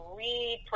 read